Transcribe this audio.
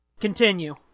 Continue